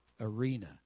arena